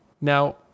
Now